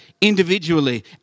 individually